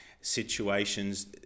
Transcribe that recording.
situations